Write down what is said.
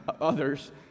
others